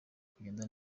kugenda